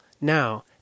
now